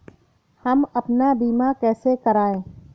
हम अपना बीमा कैसे कराए?